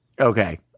okay